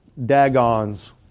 dagons